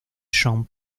john